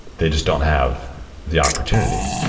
they just don't have the opportunity.